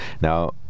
Now